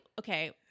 Okay